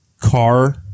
car